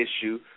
issue